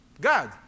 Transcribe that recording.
God